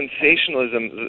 sensationalism